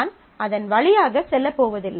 நான் அதன் வழியாக செல்ல போவதில்லை